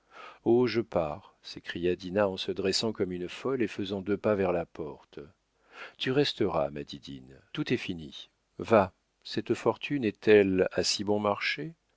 oh je pars s'écria dinah en se dressant comme une folle et faisant deux pas vers la porte tu resteras ma didine tout est fini va cette fortune est-elle à si bon marché